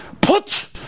put